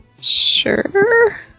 Sure